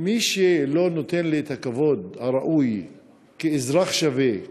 מי שלא נותן לי את הכבוד הראוי כאזרח שווה,